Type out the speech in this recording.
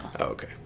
Okay